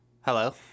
Hello